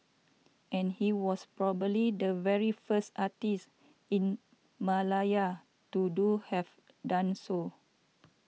and he was probably the very first artist in Malaya to do have done so